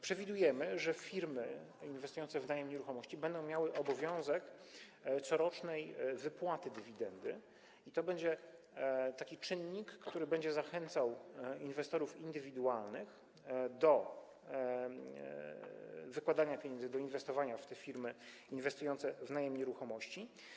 Przewidujemy, że firmy inwestujące w najem nieruchomości będą miały obowiązek corocznej wypłaty dywidendy i to będzie taki czynnik, który będzie zachęcał inwestorów indywidualnych do wykładania pieniędzy, do inwestowania w firmy inwestujące w najem nieruchomości.